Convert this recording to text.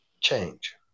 change